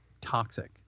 toxic